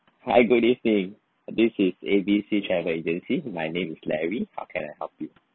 hi good evening this is A B C travel agency my name is larry how can I help you